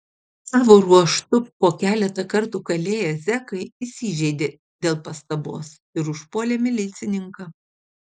savo ruožtu po keletą kartų kalėję zekai įsižeidė dėl pastabos ir užpuolė milicininką